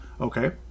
okay